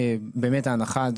באמת ההנחה,